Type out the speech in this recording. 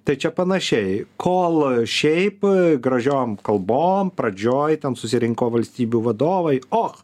tai čia panašiai kol šiaip gražiom kalbom pradžioj ten susirinko valstybių vadovai o